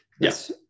Yes